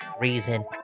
reason